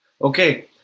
Okay